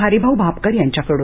हरिभाऊ भापकर यांच्याकडून